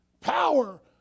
Power